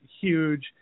huge